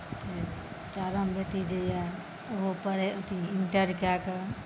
फेर चारिम बेटी जे यऽ ओहो अथी इन्टर कए कऽ